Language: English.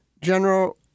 General